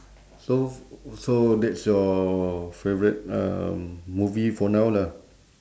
so so that's your favourite um movie for now lah